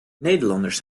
nederlanders